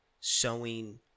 sowing